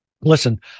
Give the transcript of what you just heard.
Listen